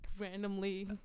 randomly